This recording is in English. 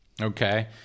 Okay